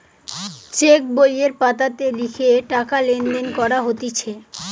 check বইয়ের পাতাতে লিখে টাকা লেনদেন করা হতিছে